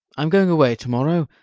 i'm going away to-morrow.